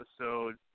Episode